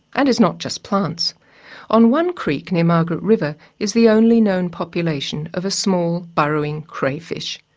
and it's not just plants on one creek near margaret river is the only known population of a small burrowing crayfish.